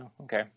okay